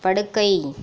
படுக்கை